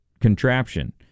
contraption